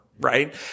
Right